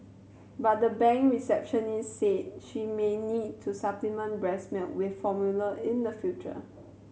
but the bank receptionist said she may need to supplement breast milk with formula in the future